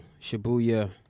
Shibuya